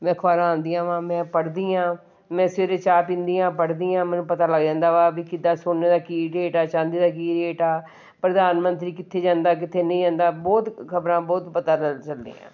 ਅਖਬਾਰਾਂ ਆਉਂਦੀਆਂ ਵਾਂ ਮੈਂ ਪੜ੍ਹਦੀ ਹਾਂ ਮੈਂ ਸਵੇਰੇ ਚਾਹ ਪੀਂਦੀ ਹਾਂ ਪੜ੍ਹਦੀ ਹਾਂ ਮੈਨੂੰ ਪਤਾ ਲੱਗ ਜਾਂਦਾ ਵਾ ਵੀ ਕਿੱਦਾ ਸੋਨੇ ਦਾ ਕੀ ਰੇਟ ਆ ਚਾਂਦੀ ਦਾ ਕੀ ਰੇਟ ਆ ਪ੍ਰਧਾਨ ਮੰਤਰੀ ਕਿੱਥੇ ਜਾਂਦਾ ਕਿੱਥੇ ਨਹੀਂ ਜਾਂਦਾ ਬਹੁਤ ਖਬਰਾਂ ਬਹੁਤ ਪਤਾ